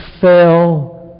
fell